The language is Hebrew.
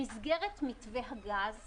במסגרת מתווה הגז